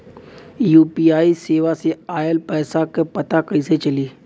UPI सेवा से oil पैसा क पता कइसे चली?